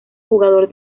jugador